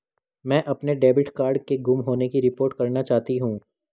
मैं अपने debit card के गुम होने की रिपोर्ट करना चाहती हूँ